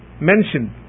mentioned